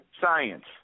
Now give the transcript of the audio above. Science